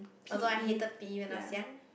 although I hated P_E when I was young